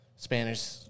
Spanish